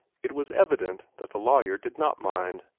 it was evident that the lawyer did not mind.